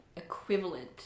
equivalent